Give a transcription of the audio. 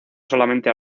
solamente